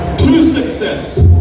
success.